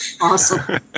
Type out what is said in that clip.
awesome